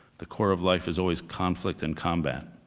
the core of life is always conflict in combat.